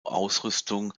ausrüstung